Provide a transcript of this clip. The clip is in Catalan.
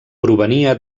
provenia